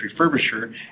refurbisher